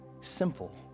simple